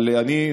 אבל אני,